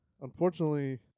unfortunately